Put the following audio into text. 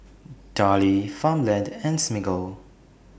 Darlie Farmland and Smiggle